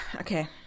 okay